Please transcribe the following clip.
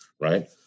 right